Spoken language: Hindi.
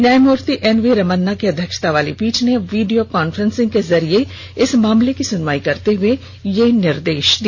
न्यायमूर्ति एन वी रमन्ना की अध्यक्षता वाली पीठ ने वीडियो कांफ्रेंस के जरिए इस मामले की सुनवाई करते हुए यह निर्देश दिया